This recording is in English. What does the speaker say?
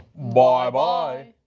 bye-bye.